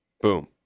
Boom